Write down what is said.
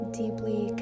deeply